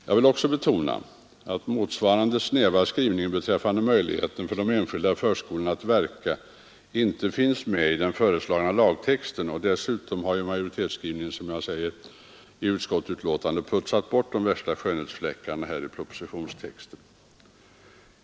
Jag vill också betona att motsvarande snäva skrivning beträffande möjligheter för de enskilda förskolorna att verka inte finns med i den föreslagna lagtexten. Dessutom har majoritetsskrivningen i utskottsbetänkandet putsat bort de värsta skönhetsfläckarna i propositionstexten.